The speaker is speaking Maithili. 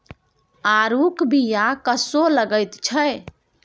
आड़ूक बीया कस्सो लगैत छै